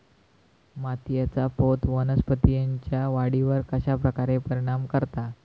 मातीएचा पोत वनस्पतींएच्या वाढीवर कश्या प्रकारे परिणाम करता?